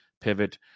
pivot